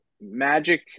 magic